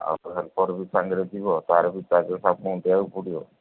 ତା'ପରେ ବି ସାଙ୍ଗରେ ଯିବ ତାର ବି ତା ଦିଆକୁ ପଡ଼ିବ